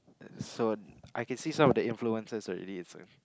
so I can see some of the influences already it's a